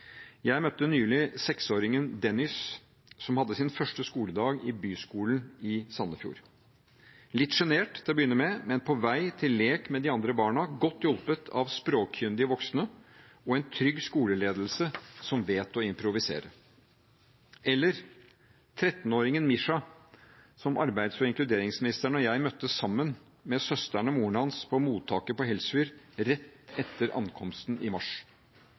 Jeg møtte nylig seksåringen Denys, som hadde sin første skoledag på Byskolen i Sandefjord. Han var litt sjenert til å begynne med, men på vei til lek med de andre barna, godt hjulpet av språkkyndige voksne og en trygg skoleledelse som vet å improvisere. Arbeids- og inkluderingsministeren og jeg møtte 13-åringen Misha sammen med søsteren og moren hans på mottaket på Helsfyr rett etter ankomst i mars.